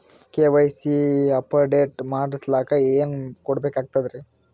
KYC update ಮಾಡಸ್ಲಕ ಏನೇನ ಕೊಡಬೇಕಾಗ್ತದ್ರಿ?